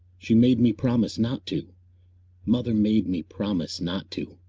she made me promise not to mother made me promise not to.